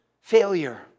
failure